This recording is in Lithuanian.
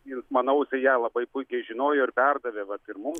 manau jisai ją labai puikiai žinojo ir perdavė vat ir mums